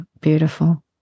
beautiful